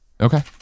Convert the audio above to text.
Okay